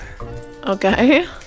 Okay